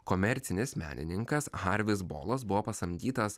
komercinis menininkas harvis bolas buvo pasamdytas